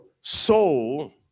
soul